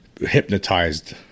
hypnotized